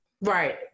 Right